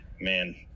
man